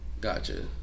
Gotcha